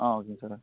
ஆ ஓகேங்க சார்